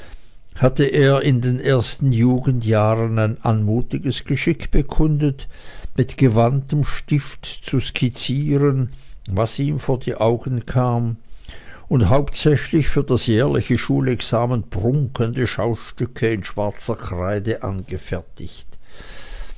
hatte er in den ersten jugendjahren ein anmutiges geschick bekundet mit gewandtem stifte zu skizzieren was ihm vor die augen kam und hauptsächlich für das jährliche schulexamen prunkende schaustücke in schwarzer kreide angefertigt